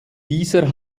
dieser